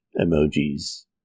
emojis